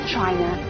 China